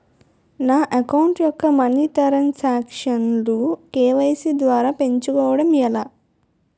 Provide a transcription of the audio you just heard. నా అకౌంట్ యెక్క money transaction లు కే.వై.సీ ద్వారా పెంచుకోవడం ఎలా?